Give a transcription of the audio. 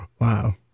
Wow